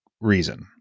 reason